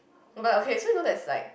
[oh]-my-god okay so you know there's like